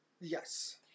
yes